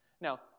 now